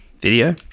video